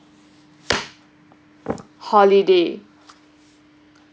holiday